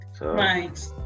Right